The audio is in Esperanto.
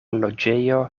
loĝejo